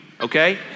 okay